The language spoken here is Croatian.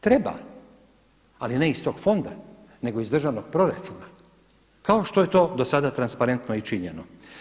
Treba, ali ne iz tog fonda, nego iz državnog proračuna kao što je to do sada transparentno i činjeno.